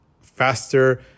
faster